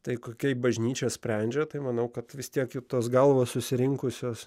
tai kokia bažnyčia sprendžia tai manau kad vis tiek tos galvos susirinkusios